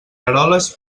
eroles